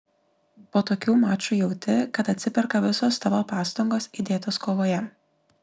po tokių mačų jauti kad atsiperka visos tavo pastangos įdėtos kovoje